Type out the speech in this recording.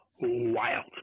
wild